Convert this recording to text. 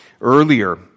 earlier